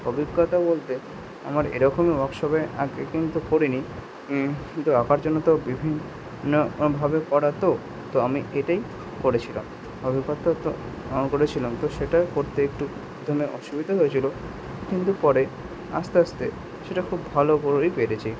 অভিজ্ঞতা বলতে আমার এরকম ওয়ার্কশপে আগে কিন্তু করি নি কিন্তু আঁকার জন্য তো বিভিন্ন ভাবে করাতো তো আমি এটাই করেছিলাম অভিজ্ঞতা তো করেছিলাম তো সেটা করতে একটু প্রথমে অসুবিধা হয়েছিলো কিন্তু পরে আস্তে আস্তে সেটা খুব ভালো করেই পেরেছি